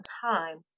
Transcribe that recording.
time